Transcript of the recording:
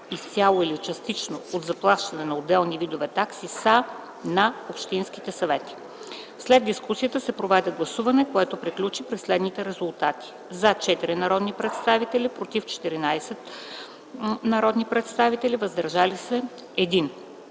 изцяло или частично от заплащане на отделни видове такси са на общинските съвети. След дискусията се проведе гласуване, което приключи при следните резултати: „за” – 4 народни представители, „против” – 14 народни представители и „въздържали се”